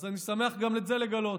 אז אני שמח גם את זה לגלות,